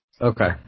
Okay